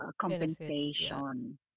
compensation